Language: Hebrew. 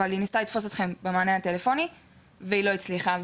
אבל היא ניסתה לתפוס אתכם במענה הטלפוני והיא לא הצליחה,